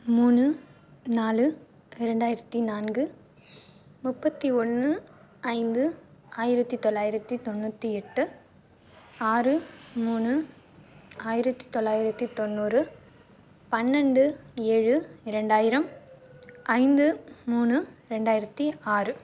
மூணு நாலு இரண்டாயிரத்து நான்கு முப்பத்து ஒன்று ஐந்து ஆயிரத்து தொள்ளாயிரத்து தொண்ணூற்றி எட்டு ஆறு மூணு ஆயிரத்து தொள்ளாயிரத்து தொண்ணூறு பன்னெண்டு ஏழு இரண்டாயிரம் ஐந்து மூணு ரெண்டாயிரத்து ஆறு